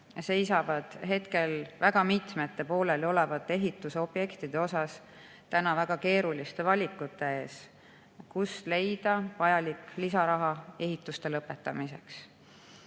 seisavad hetkel väga mitmete pooleliolevate ehitusobjektide tõttu väga keeruliste valikute ees – kust leida vajalik lisaraha ehituste lõpetamiseks?